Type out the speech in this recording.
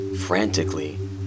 Frantically